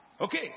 Okay